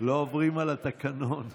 לא עוברים על התקנון.